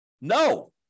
No